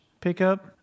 pickup